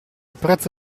prezzo